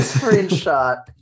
screenshot